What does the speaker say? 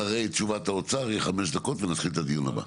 אחרי תשובת האוצר יהיה 5 דקות ונתחיל את הדיון הבא.